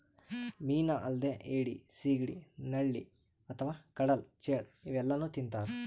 ಮೀನಾ ಅಲ್ದೆ ಏಡಿ, ಸಿಗಡಿ, ನಳ್ಳಿ ಅಥವಾ ಕಡಲ್ ಚೇಳ್ ಇವೆಲ್ಲಾನೂ ತಿಂತಾರ್